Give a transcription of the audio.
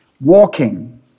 Walking